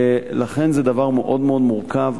לכן, זה דבר מאוד-מאוד מורכב.